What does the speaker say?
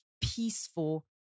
peaceful